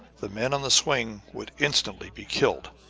the men on the swing would instantly be killed,